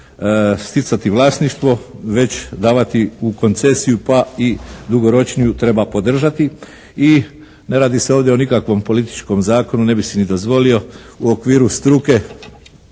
sticati vlasništvo već davati u koncesiju pa i dugoročniju treba podržati i ne radi se ovdje o nikakvom političkom zakonu, ne bi si ni dozvolio u okviru struke